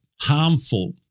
harmful